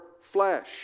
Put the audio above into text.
flesh